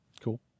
Cool